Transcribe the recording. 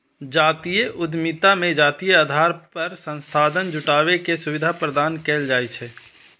जातीय उद्यमिता मे जातीय आधार पर संसाधन जुटाबै के सुविधा प्रदान कैल जाइ छै